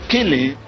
Killing